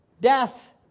Death